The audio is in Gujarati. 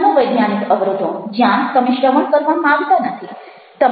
મનોવૈજ્ઞાનિક અવરોધો જ્યાં તમે શ્રવણ કરવા માગતા નથી